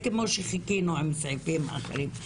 כמו שחיכינו עם סעיפים אחרים.